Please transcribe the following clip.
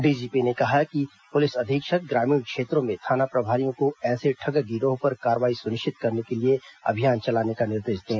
DGP ने कहा है कि पुलिस अधीक्षक ग्रामीण क्षेत्रों में थाना प्रभारियों को ऐसे ठग गिरोह पर कार्रवाई सुनिश्चित करने के लिए अभियान चलाने का निर्देश दें